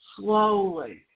slowly